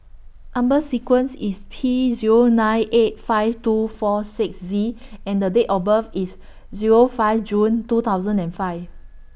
Number sequence IS T Zero nine eight five two four six Z and The Date of birth IS Zero five June two thousand and five